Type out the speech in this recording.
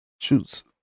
shoots